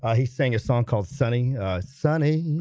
ah he sang a song called sonny sonny.